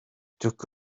took